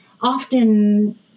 often